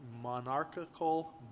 monarchical